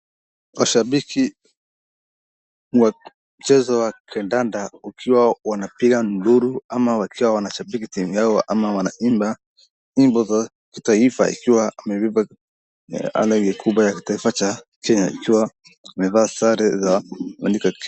Mashabiki wa mchezo wa kandanda ukiwa wanapiga nduru. Ama wakiwa wanashabiki timu yao. Ama wanaimba nyimbo za kitaifa. Ikiwa amebeba Kuba ya kitaifa ya Kenya, ikiwa amevaa sare za imeandikwa Kenya.